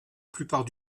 plupart